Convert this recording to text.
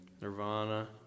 Nirvana